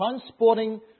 transporting